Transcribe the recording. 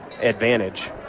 advantage